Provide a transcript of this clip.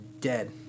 dead